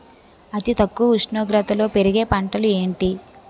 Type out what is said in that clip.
అతి తక్కువ ఉష్ణోగ్రతలో పెరిగే పంటలు ఏంటి?